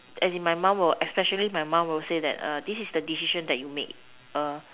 as in my mum especially my mum will say that this is the decision that you make